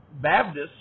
Baptists